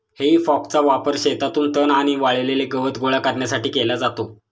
हेई फॉकचा वापर शेतातून तण आणि वाळलेले गवत गोळा करण्यासाठी केला जातो